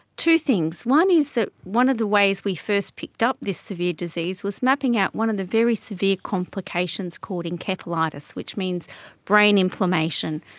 two things. one is that one of the ways we first picked up this severe disease was mapping out one of the very severe complications called encephalitis, which means brain inflammation.